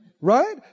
Right